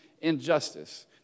injustice